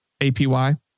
APY